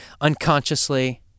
unconsciously